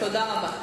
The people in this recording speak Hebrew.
תודה רבה.